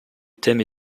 thème